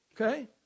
Okay